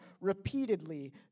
repeatedly